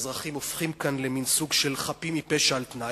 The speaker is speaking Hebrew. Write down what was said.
האזרחים הופכים כאן למין סוג של "חפים מפשע על-תנאי".